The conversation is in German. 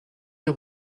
ihr